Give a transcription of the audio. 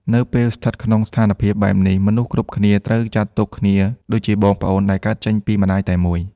នៅពេលស្ថិតក្នុងស្ថានភាពបែបនេះ មនុស្សគ្រប់គ្នាត្រូវចាត់ទុកគ្នាដូចជាបងប្អូនដែលកើតចេញពី «ម្ដាយតែមួយ»។